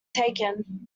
taken